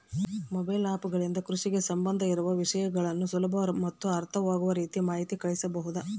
Mobile app ಗಳಿಂದ ಕೃಷಿಗೆ ಸಂಬಂಧ ಇರೊ ವಿಷಯಗಳನ್ನು ಸುಲಭ ಮತ್ತು ಅರ್ಥವಾಗುವ ರೇತಿ ಮಾಹಿತಿ ಕಳಿಸಬಹುದಾ?